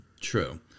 true